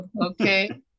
Okay